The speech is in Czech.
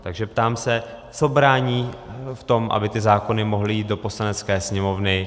Takže se ptám: Co brání v tom, aby ty zákony mohly jít do Poslanecké sněmovny?